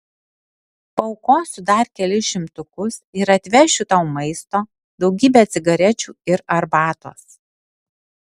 paaukosiu dar kelis šimtukus ir atvešiu tau maisto daugybę cigarečių ir arbatos